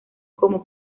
como